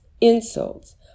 insults